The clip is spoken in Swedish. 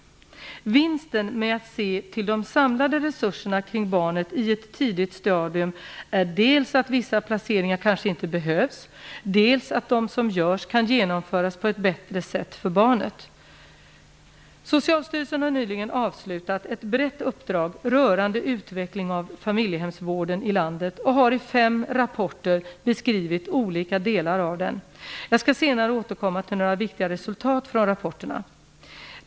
Vinsten med att se till de samlade resurserna kring barnet i ett tidigt stadium är dels att vissa placeringar kanske inte behövs, dels att de som görs kan genomföras på ett bättre sätt för barnet. Socialstyrelsen har nyligen avslutat ett brett uppdrag rörande utveckling av familjehemsvården i landet och har i fem rapporter beskrivit olika delar av den. Jag skall senare återkomma till några viktiga resultat från rapporterna.